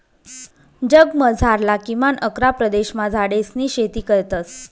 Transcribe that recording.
जगमझारला किमान अकरा प्रदेशमा झाडेसनी शेती करतस